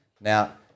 Now